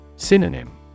Synonym